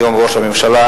היום ראש הממשלה,